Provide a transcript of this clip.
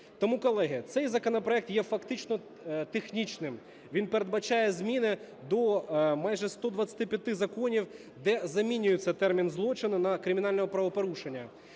Тому, колеги, цей законопроект є фактично технічним, він передбачає зміни до майже 125 законів, де замінюється термін "злочин" на "кримінальне правопорушення".